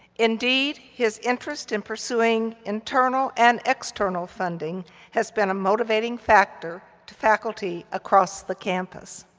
indeed, his interest in pursuing internal and external funding has been a motivating factor to faculty across the campus.